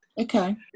Okay